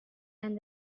and